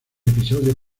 episodio